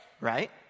right